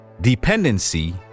dependency